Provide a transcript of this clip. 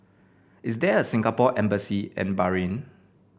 is there a Singapore Embassy in Bahrain